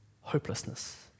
hopelessness